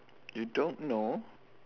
you don't know